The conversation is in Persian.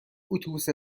اتوبوس